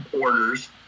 orders